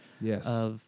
Yes